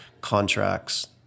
contracts